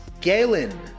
Galen